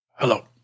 Hello